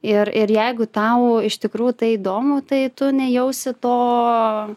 ir ir jeigu tau iš tikrųjų tai įdomu tai tu nejausi to